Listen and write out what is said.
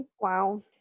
wow